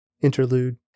Interlude